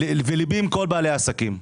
וליבי עם כל בעלי העסקים.